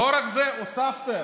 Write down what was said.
לא רק זה, הוספתם,